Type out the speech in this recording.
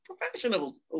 professionals